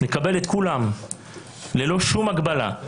נקבל את כולם ללא שום הגבלה.